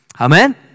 Amen